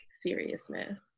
seriousness